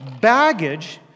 baggage